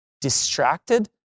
distracted